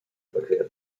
überqueren